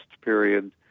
period